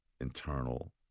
internal